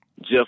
Jeff